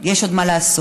יש עוד מה לעשות.